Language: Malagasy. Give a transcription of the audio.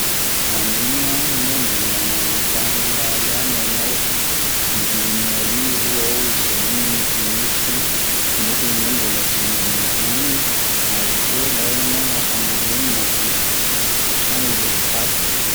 Maninona no mbola manotana ahy ihany ianao? Efa in'arivo aho izany no niteny hoe tsia, nefa enao mbola tsy manaiky ihany ary koa nga ianao lasa narenina ve sa mody mitapy?